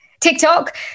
TikTok